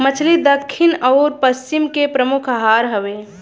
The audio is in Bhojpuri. मछली दक्खिन आउर पश्चिम के प्रमुख आहार हउवे